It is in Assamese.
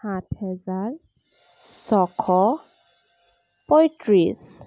সাত হেজাৰ ছয়শ পয়ত্ৰিছ